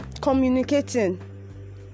communicating